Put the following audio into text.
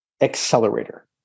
accelerator